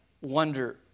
wonder